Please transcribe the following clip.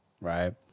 right